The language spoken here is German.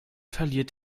verliert